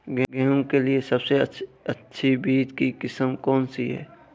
गेहूँ के लिए सबसे अच्छी बीज की किस्म कौनसी है?